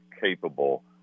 capable